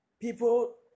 People